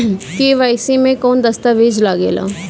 KYC मे कौन दश्तावेज लागेला?